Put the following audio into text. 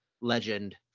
legend